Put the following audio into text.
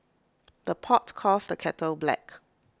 the pot calls the kettle black